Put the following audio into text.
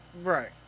Right